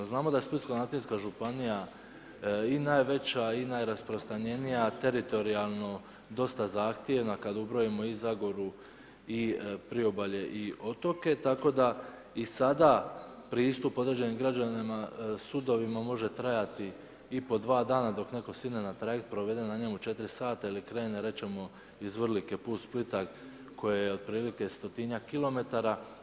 Znamo da je Splitsko-dalmatinska županija i najveća i najrasprostranjenija teritorijalno dosta zahtjevna kad ubrojimo i Zagoru i priobalje i otoke, tako da i sada pristup određenim sudovima može trajati i po dva dana dok netko sidne na trajekt, provede na njemu 4 sata ili krene rečemo iz Vrlike put Splita koja je otprilike stotinjak kilometara.